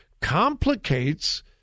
complicates